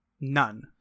none